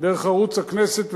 דרך ערוץ הכנסת ולומר: